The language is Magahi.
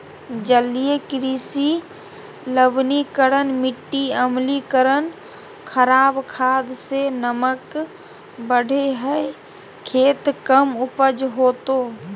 जलीय कृषि लवणीकरण मिटी अम्लीकरण खराब खाद से नमक बढ़े हइ खेत कम उपज होतो